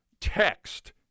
text